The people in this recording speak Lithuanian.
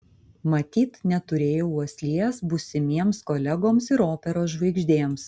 matyt neturėjau uoslės būsimiems kolegoms ir operos žvaigždėms